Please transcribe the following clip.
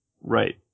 Right